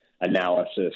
analysis